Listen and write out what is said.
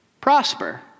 prosper